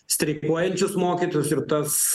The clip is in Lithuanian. streikuojančius mokytojus ir tas